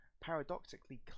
paradoxically